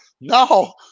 no